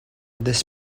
this